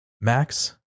Max